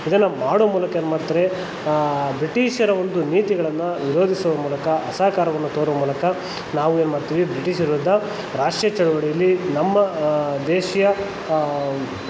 ಇದನ್ನು ಮಾಡೋ ಮೂಲಕ ಏನು ಮಾಡ್ತಾರೆ ಬ್ರಿಟಿಷರ ಒಂದು ನೀತಿಗಳನ್ನು ವಿರೋಧಿಸುವ ಮೂಲಕ ಅಸಹಕಾರವನ್ನು ತೋರುವ ಮೂಲಕ ನಾವು ಏನು ಮಾಡ್ತೀವಿ ಬ್ರಿಟಿಷರ ವಿರುದ್ಧ ರಾಷ್ಟ್ರೀಯ ಚಳುವಳಿಯಲ್ಲಿ ನಮ್ಮ ದೇಶೀಯ